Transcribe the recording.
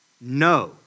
No